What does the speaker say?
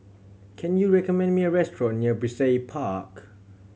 can you recommend me a restaurant near Brizay Park